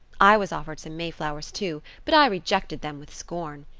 i was offered some mayflowers too, but i rejected them with scorn.